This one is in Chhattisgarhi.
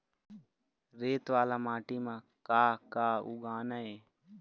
रेत वाला माटी म का का उगाना ये?